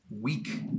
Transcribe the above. week